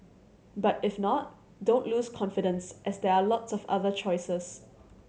but if not don't lose confidence as there are lots of other choices